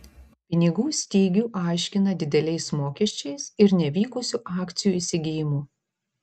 pinigų stygių aiškina dideliais mokesčiais ir nevykusiu akcijų įsigijimu